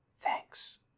Thanks